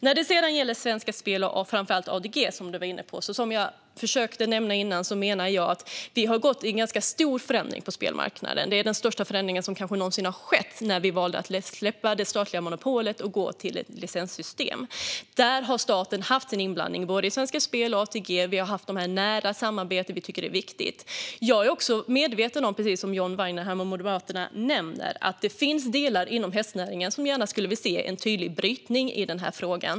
När det sedan gäller Svenska Spel och framför allt ATG, som John Weinerhall var inne på, menar jag att vi har fått en ganska stor förändring på spelmarknaden. Det är kanske den största förändringen som någonsin har skett när vi valde att släppa det statliga monopolet för att gå till ett licenssystem. Staten har haft sin inblandning både i Svenska Spel och i ATG i form av ett nära samarbete, och vi tycker att det är viktigt. Jag är precis som John Weinerhall och Moderaterna medveten om att det finns delar inom hästnäringen som gärna skulle vilja se en tydlig brytning.